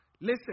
listen